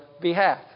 behalf